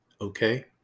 Okay